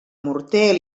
morter